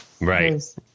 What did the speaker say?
Right